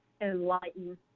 enlighten